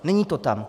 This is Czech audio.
Není to tam.